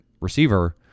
receiver